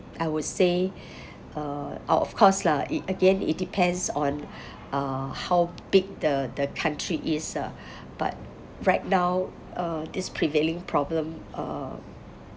I would say uh o~ of course lah it again it depends on uh how big the the country is lah but right now uh this prevailing problem uh